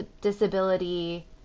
disability